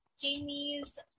Jamie's